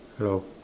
hello